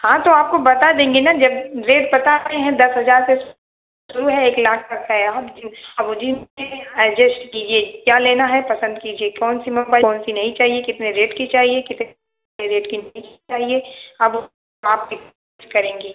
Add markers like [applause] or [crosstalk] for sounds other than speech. हाँ तो आपको बता देंगे न जब रेट बता रहे हैं दस हजार से शुरू है एक लाख तक है आप अब जिनमें एडजस्ट कीजिए क्या लेना है पसंद कीजिए कौन सी मोबाइल कौन सी नहीं चाहिए कितने रेट की चाहिए कितने रेट की नहीं चाहिए अब आप [unintelligible] करेंगे